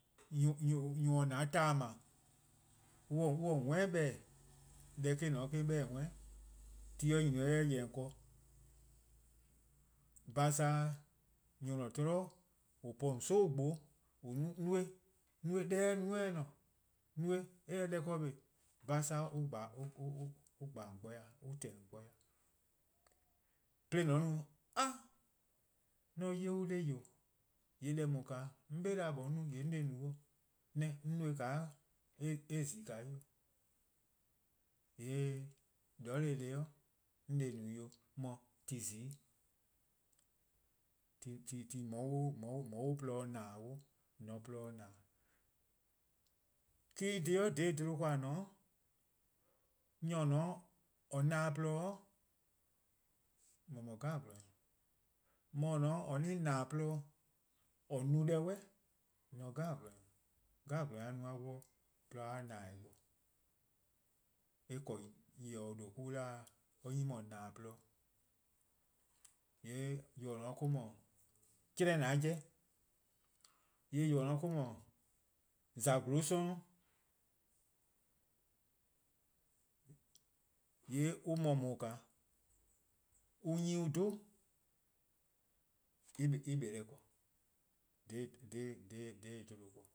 nyor se an 'torn 'ble, on se :on worn 'i 'beh-dih:, deh eh-: :ne 'o :eh 'beh-dih: :on 'worn 'i, :mor ti nyne 'o :eh :yeh-dih :on ken, pasanan' nyor :an po-a :an 'sogbo-' :an no-a no-eh no-eh deh eh 'ye-a no :eh se :ne, no-eh eh se deh ken kpa, pasaa' on :gba gbor-dih, on :tehn-dih :on gbor-dih, 'de jorwor: :an no a!, :mor 'on 'ye-eh dee :yee' deh :daa 'on 'be zela: 'on :gwluhuh' on 'ye-a no :yee' 'on se-eh no 'o, 'neh 'on no-eh :naa eh zi 'o, :yee' 'on se-eh no :dele' ka 'o, :yee' ti mo zi. ti :on 'ye-a :porluh-dih :na-dih :dee :on se :porluh-dih :na-dih. :yee' eh-' dhih dha 'bluhba ken :a :ne-a, nyor :or ne-a 'o :or na-dih-a :porluh-dih :mor no nyor 'jeh. :mor :or :ne-a 'o or-'a :na-dih-a :porluh-dih, :or no-a deh 'suh, :on :se nyor 'jeh. :gwlor-nyor 'jeh no-eh 'wluh 'de :porluh-a dih :na-dih-eh bo. Eh :korn nyor-kpalu :due' on 'da or 'nyne mor :na-dih :porluh dih, :yee' :yor :or ne-a 'o or 'nyne :mor 'dhele :an 'jeh-dih, :yee' :or :ne-a 'o or 'nyne :mor :za :porluh 'sororn', :yee' on :mor :daa :naa an 'nyne on 'dhu-a en kpa deh ken dha 'bluhba ken.